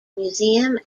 museum